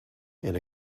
and